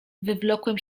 wywlokłem